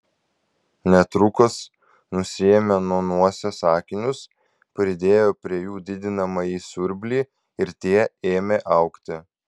netrukus nusiėmė nuo nosies akinius pridėjo prie jų didinamąjį siurblį ir tie ėmė augti